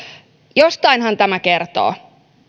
jostainhan tämä kertoo